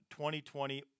2020